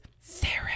therapy